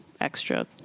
extra